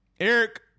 Eric